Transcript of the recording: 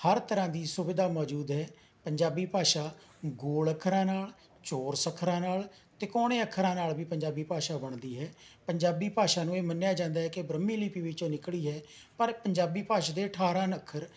ਹਰ ਤਰ੍ਹਾਂ ਦੀ ਸੁਵਿਧਾ ਮੌਜੂਦ ਹੈ ਪੰਜਾਬੀ ਭਾਸ਼ਾ ਗੋਲ ਅੱਖਰਾਂ ਨਾਲ ਚੌਰਸ ਅੱਖਰਾਂ ਨਾਲ ਤਿਕੋਣੇ ਅੱਖਰਾਂ ਨਾਲ ਵੀ ਪੰਜਾਬੀ ਭਾਸ਼ਾ ਬਣਦੀ ਹੈ ਪੰਜਾਬੀ ਭਾਸ਼ਾ ਨੂੰ ਇਹ ਮੰਨਿਆ ਜਾਂਦਾ ਹੈ ਕਿ ਬ੍ਰਾਹਮੀ ਲਿਪੀ ਵਿੱਚੋਂ ਨਿਕਲੀ ਹੈ ਪਰ ਪੰਜਾਬੀ ਭਾਸ਼ਾ ਦੇ ਅਠਾਰਾਂ ਅੱਖਰ